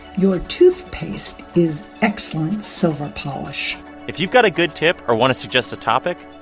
your toothpaste is excellent silver polish if you've got a good tip or want to suggest a topic,